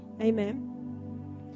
amen